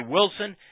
Wilson